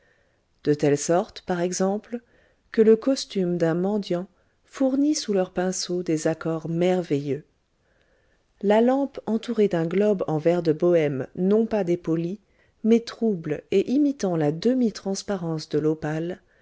de telle sorte par exemple que le costume d'un mendiant fournit sous leurs pinceaux des accords merveilleux la lampe entourée d'un globe en verre de bohême non pas dépoli mais troublé et imitant la demi transparence de l'opale